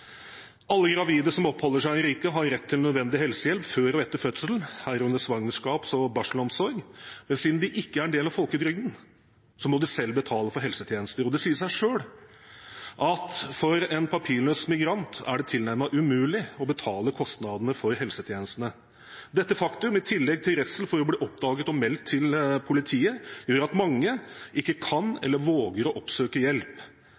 Alle gravide som oppholder seg i riket, har rett til nødvendig helsehjelp før og etter fødselen, herunder svangerskaps- og barselomsorg, men siden de ikke er en del av folketrygden, må de selv betale for helsetjenester. Det sier seg selv at for en papirløs migrant er det tilnærmet umulig å betale kostnadene for helsetjenestene. Dette faktum, i tillegg til redsel for å bli oppdaget og meldt til politiet, gjør at mange ikke kan eller våger å oppsøke hjelp,